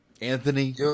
Anthony